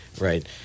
right